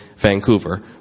Vancouver